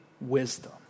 wisdom